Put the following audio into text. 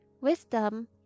Wisdom